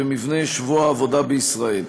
ומבנה שבוע העבודה בישראל.